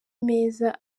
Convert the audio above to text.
meza